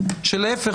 שלהפך,